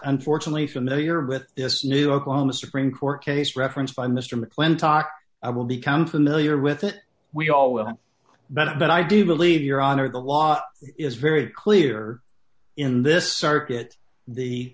unfortunately familiar with this new oklahoma supreme court case reference by mr mcclintock i will become familiar with it we all will but i do believe your honor the law is very clear in this circuit the